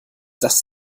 das